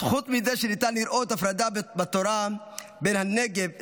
אז חוץ מזה שניתן לראות הפרדה בתורה בין הנגב לחברון,